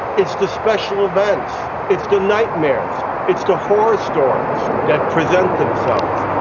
it's the special events, it's the nightmares, it's the horror stories that present themselves,